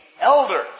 elders